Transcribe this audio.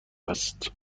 است